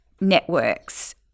networks